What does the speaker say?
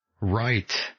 Right